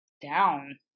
down